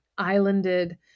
islanded